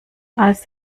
als